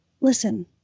listen